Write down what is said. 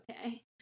okay